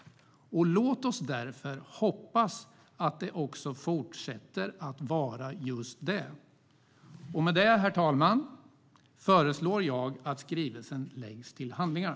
Låt oss därför hoppas att de också fortsätter att vara just det. Med detta, herr talman, föreslår jag att skrivelsen läggs till handlingarna.